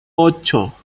ocho